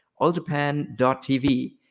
alljapan.tv